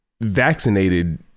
vaccinated